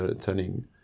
turning